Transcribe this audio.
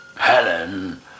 Helen